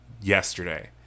yesterday